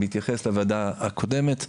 בהתייחס לוועדה הקודמת,